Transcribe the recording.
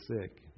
sick